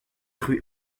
rue